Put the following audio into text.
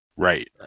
Right